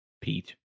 Pete